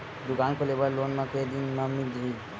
दुकान खोले बर लोन मा के दिन मा मिल जाही?